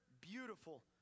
beautiful